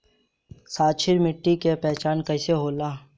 क्षारीय मिट्टी के पहचान कईसे होला?